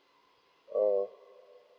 oh